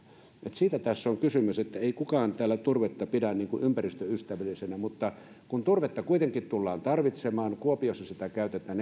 siitä tässä on kysymys ei kukaan täällä turvetta pidä niin kuin ympäristöystävällisenä mutta kun turvetta kuitenkin tullaan tarvitsemaan kuopiossa sitä käytetään